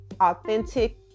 authentic